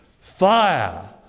Fire